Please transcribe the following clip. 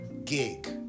gig